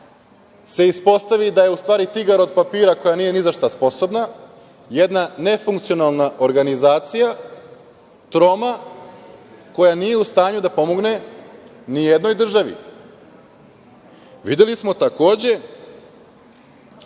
se ispostavi da je u stvari tigar od papira, koja nije ni za šta sposobna, jedna nefunkcionalna organizacija, troma, koja nije u stanju da pomogne ni jednoj državi. Videli smo, takođe,